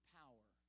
power